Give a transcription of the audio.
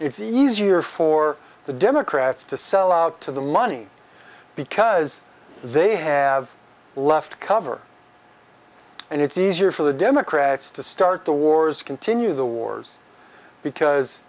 it's easier for the democrats to sell out to the money because they have left cover and it's easier for the democrats to start the wars continue the wars because